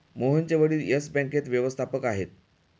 मोहनचे वडील येस बँकेत व्यवस्थापक आहेत